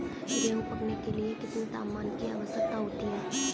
गेहूँ पकने के लिए कितने तापमान की आवश्यकता होती है?